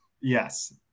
Yes